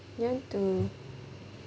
you want to